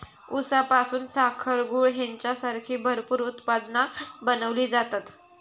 ऊसापासून साखर, गूळ हेंच्यासारखी भरपूर उत्पादना बनवली जातत